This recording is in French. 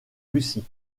russie